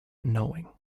knowing